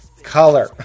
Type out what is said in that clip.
color